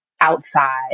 outside